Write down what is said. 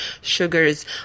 sugars